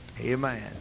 Amen